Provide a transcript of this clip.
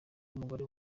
umugore